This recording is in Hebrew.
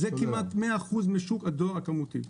זה כמעט 100 אחוזים משוק הדואר הכמותי.